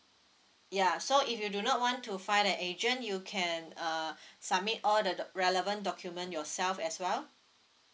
yeah so if you do not want to find an agent you can uh submit all the the relevant document yourself as well